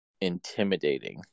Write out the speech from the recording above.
intimidating